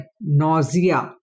nausea